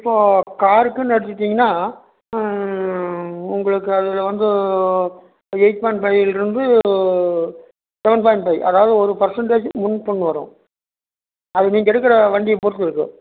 இப்போ காருக்குன்னு எடுத்துக்கிட்டிங்கன்னா உங்களுக்கு அதில் வந்து எயிட் பாயிண்ட் ஃபைலிருந்து செவன் பாயிண்ட் ஃபை அதாவது ஒரு பர்சன்ட்டேஜ் முன்பணம் வரும் அது நீங்கள் எடுக்கிற வேண்டிய பொறுத்து இருக்கு